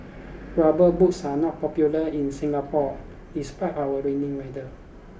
rubber boots are not popular in Singapore despite our rainy weather